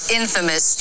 infamous